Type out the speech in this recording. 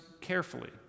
carefully